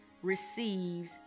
received